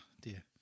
dear